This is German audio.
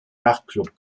nachtclub